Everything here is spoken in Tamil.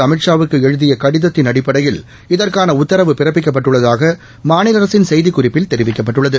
அமித் ஷாவிற்கு எழுதிய கடிதத்தின் அடிப்படையில் இதற்கான உத்தரவு பிறப்பிக்கப்பட்டுள்ளதாக மாநில அரசின் செய்திக்குறிப்பில் தெரிவிக்கப்பட்டுள்ளது